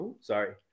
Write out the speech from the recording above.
sorry